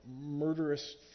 murderous